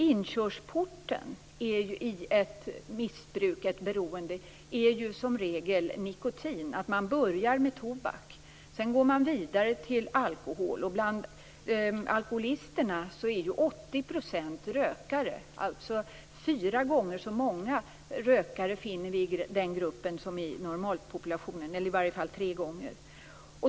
Inkörsporten till beroende och missbruk är som regel nikotin. Man börjar med tobak. Sedan går man vidare till alkohol. Bland alkoholisterna är 80 % rökare. Vi finner alltså tre fyra gånger så många rökare i den gruppen som i normalpopulationen.